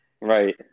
Right